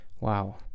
Wow